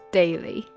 daily